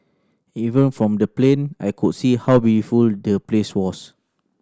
even from the plane I could see how beautiful the place was